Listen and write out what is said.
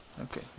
okay